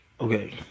Okay